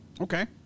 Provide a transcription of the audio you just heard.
Okay